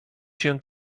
się